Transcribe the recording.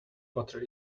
butter